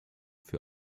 für